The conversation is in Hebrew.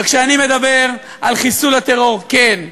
וכשאני מדבר על חיסול הטרור, כן,